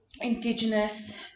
Indigenous